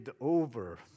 over